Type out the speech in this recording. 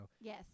Yes